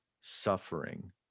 suffering